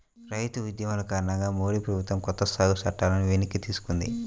రైతు ఉద్యమాల కారణంగా మోడీ ప్రభుత్వం కొత్త సాగు చట్టాలను వెనక్కి తీసుకుంది